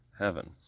heaven